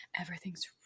everything's